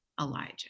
Elijah